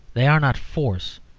they are not force,